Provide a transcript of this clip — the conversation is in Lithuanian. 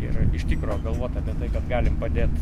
ir iš tikro galvot apie tai kad galim padėt